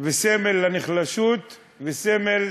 וסמל לנחשלות וסמל,